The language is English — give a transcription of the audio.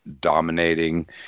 dominating